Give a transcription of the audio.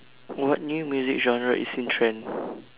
what new music genre is in trend